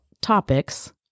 topics